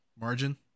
margin